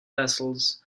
vessels